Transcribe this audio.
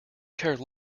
care